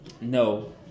No